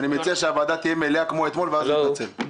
אני מציע שהוועדה תהיה מלאה כמו אתמול ואז הוא יתנצל.